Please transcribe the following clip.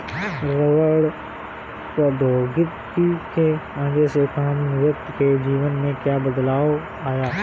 रबड़ प्रौद्योगिकी के आने से आम व्यक्ति के जीवन में क्या बदलाव आया?